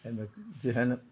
एहनमे कि